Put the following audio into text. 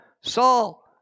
Saul